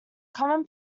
common